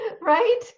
Right